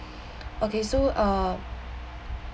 okay so uh